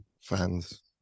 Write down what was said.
fans